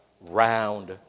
round